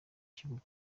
kibuga